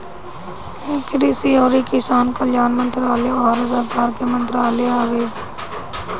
कृषि अउरी किसान कल्याण मंत्रालय भारत सरकार के मंत्रालय हवे